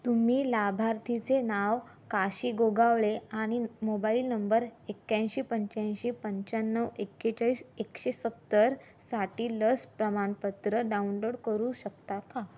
तुम्ही लाभार्थीचे नाव काशी गोगावळे आणि मोबाईल नंबर एक्याऐंशी पंच्याऐंशी पंचावन्न एकेचाळीस एकशे सत्तर साठी लस प्रमाणपत्र डाउनलोड करू शकता का